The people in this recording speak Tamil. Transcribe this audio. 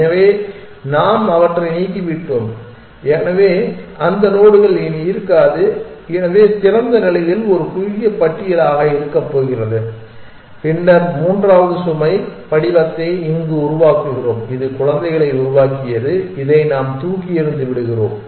எனவே நாம் அவற்றை நீக்கிவிட்டோம் எனவே அந்த நோடுகள் இனி இருக்காது எனவே திறந்த நிலையில் ஒரு குறுகிய பட்டியலாக இருக்கப் போகிறது பின்னர் மூன்றாவது சுமை படிவத்தை இங்கு உருவாக்குகிறோம் இது குழந்தைகளை உருவாக்கியது இதை நாம் தூக்கி எறிந்து விடுகிறோம்